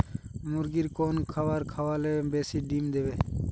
মুরগির কোন খাবার খাওয়ালে বেশি ডিম দেবে?